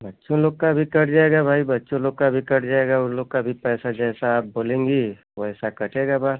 बच्चों लोग का भी कट जाएगा भाई बच्चे लोग का भी कट जाएगा वो लोग का भी पैसा जैसा आप बोलेंगी वैसा कटेगा बाल